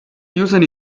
using